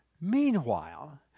Meanwhile